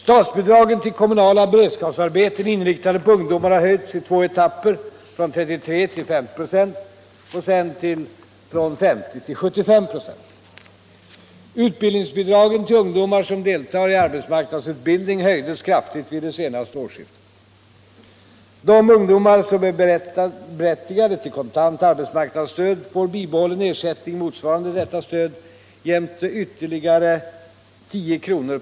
Statsbidragen till kommunala beredskapsarbeten inriktade på ungdomar har höjts i två etapper från 33 26 till 50 96 och därefter från 50 96 till 75 96. Utbildningsbidragen till ungdomar som deltar i arbetsmarknadsutbildning höjdes kraftigt vid det senaste årsskiftet. De ungdomar som är berättigade till kontant arbetsmarknadsstöd får bibehållen ersättning motsvarande detta stöd jämte ytterligare 10 kr.